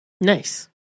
Nice